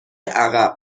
عقب